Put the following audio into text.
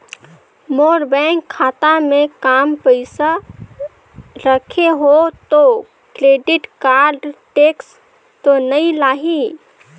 मोर bank खाता मे काम पइसा रखे हो तो क्रेडिट कारड टेक्स तो नइ लाही???